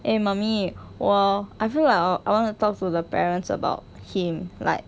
eh mummy 我 I feel like I want to talk to the parents about him like